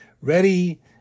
ready